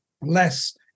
less